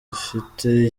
ufite